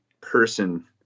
person